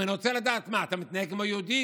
אם אני רוצה לדעת: מה, אתה מתנהג כמו יהודי?